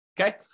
Okay